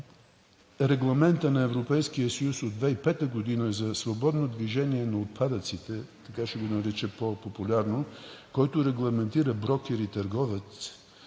Регламентът на Европейския съюз от 2005 г. за свободно движение на отпадъците – така ще го нарека по-популярно, който регламентира брокер и търговец,